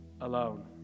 Alone